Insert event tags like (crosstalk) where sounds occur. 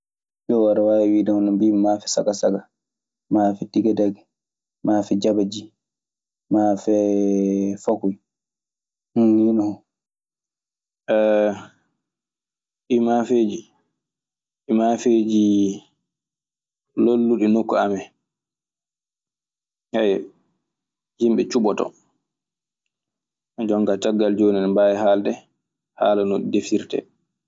Jew ada wawi hono bimini mafe sagasaga, mafe tigadege, mafe jabaji, mafe fakoye ndun ni non. (hesitation) ɗi maafeeji, ko maafeeji lolluɗi nokku am, ɗi yimɓe cuɓɓoto. Jooni ka caggal jooni, en mbaawi haalde no ɗi defirte.